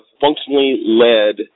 functionally-led